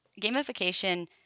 gamification